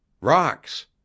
rocks